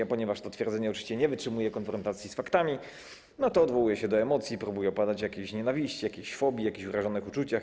A ponieważ to twierdzenie oczywiście nie wytrzymuje konfrontacji z faktami, to odwołuje się do emocji, próbuje opowiadać o jakiejś nienawiści, jakiejś fobii, jakichś urażonych uczuciach.